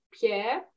Pierre